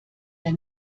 der